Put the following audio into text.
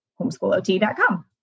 homeschoolot.com